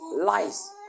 lies